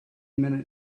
minute